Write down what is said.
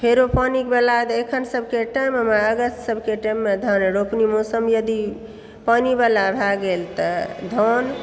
फेरो पानीबला अखन सभके टाइममे अगस्त सभके टाइममे धान रोपनी मौसम यदि पानीबला भए गेल तऽ धान